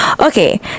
okay